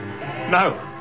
No